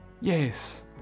yes